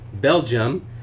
Belgium